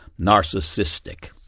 narcissistic